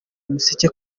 umuseke